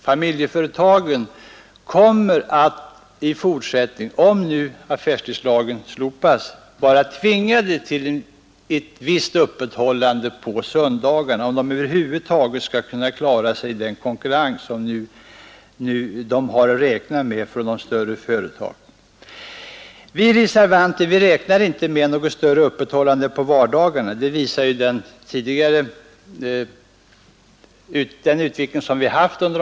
Familjeföretagen kommer i fortsättningen, om nu affärstidslagen slopas, att vara tvingade till ett visst öppethållande på söndagarna därest de över huvud taget skall kunna klara sig i den konkurrens som de har att räkna med från de större företagen. Vi reservanter räknar inte med att öppethållandet på vardagarna kommer att utsträckas nämnvärt. Det visar utvecklingen under de senare åren.